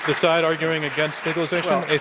side arguing against legalization,